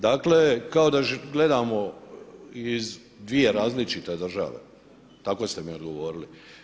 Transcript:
Dakle, kao da gledamo iz dvije različite države, tako ste mi odgovorili.